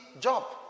job